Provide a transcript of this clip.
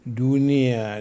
dunia